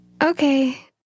Okay